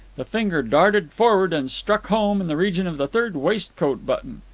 the finger darted forward and struck home in the region of the third waistcoat button.